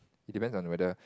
it depends on the weather